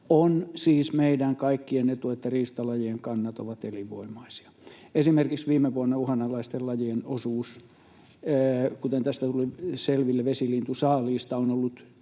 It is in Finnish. On siis meidän kaikkien etu, että riistalajien kannat ovat elinvoimaisia. Esimerkiksi viime vuonna uhanalaisten lajien osuus, kuten tästä tuli selville, vesilintusaaliista on ollut 10